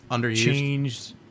changed